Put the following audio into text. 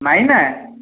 ମାଇଁ ନା